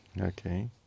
Okay